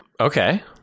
Okay